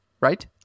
right